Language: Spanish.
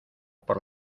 por